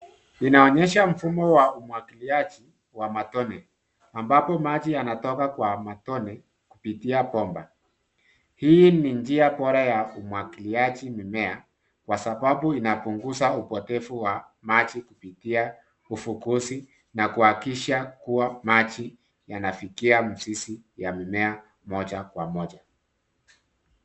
Inaonyesha mfumo wa umwagiliaji wa matone ambapo maji yanatoka kwa matone kupitia bomba. Hii ni njia bora ya umwagiliaji mimea kwa sababu inapunguza upotevu wa maji kupitia ufukuzi na kuhakikisha kuwa maji yanafikia mzizi wa mimea moja kwa moja.